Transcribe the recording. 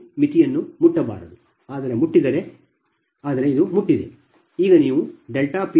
ಆದ್ದರಿಂದ ಈ 2 ಮಿತಿಯನ್ನು ಮುಟ್ಟಬಾರದು ಆದರೆ ಇದು ಮುಟ್ಟಿದೆ